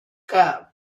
que